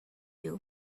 you